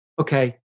okay